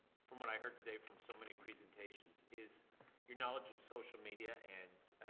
from what i heard today from so many presentations, is your knowledge of social media and,